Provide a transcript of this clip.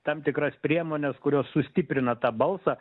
tam tikras priemones kurios sustiprina tą balsą